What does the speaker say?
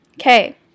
Okay